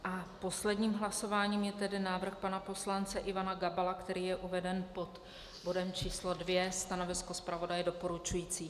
A posledním hlasováním je tedy návrh pana poslance Ivana Gabala, který je uveden pod bodem číslo 2. Stanovisko zpravodaje doporučující.